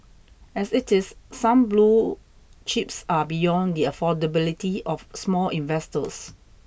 as it is some blue chips are beyond the affordability of small investors